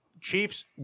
Chiefs